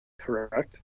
correct